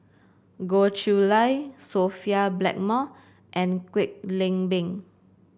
Goh Chiew Lye Sophia Blackmore and Kwek Leng Beng